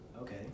okay